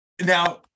Now